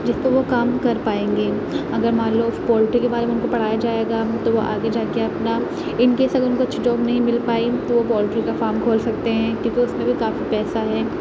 جس پہ وہ کام کر پائیں گے اگر مان لو پولٹری کے بارے میں بتایا جائے گا تو وہ آگے جاکے اپنا ان کیس اگر ان کو اچھی جاب نہیں مل پائی تو وہ پولٹری کا فارم کھول سکتے ہیں کیونکہ اس میں بھی کافی پیسہ ہے